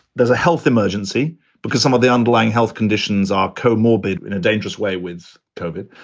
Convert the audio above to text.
there's a health emergency because some of the underlying health conditions are comorbid in a dangerous way. with turbit,